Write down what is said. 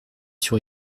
sur